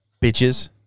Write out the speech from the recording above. Bitches